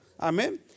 Amen